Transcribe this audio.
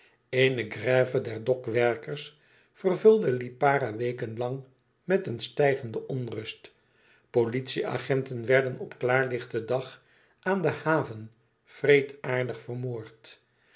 grève der dokwerkers vervulde lipara weken lang met een stijgende onrust politie-agenten werden op klaarlichten dag aan de haven wreedaardig vermoord